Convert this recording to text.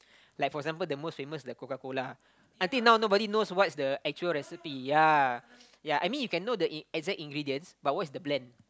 like for example the most famous like Coca-Cola I think now nobody knows what's the actual recipe ya ya I mean you can know the in~ exact ingredients but what's the plan